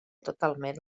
totalment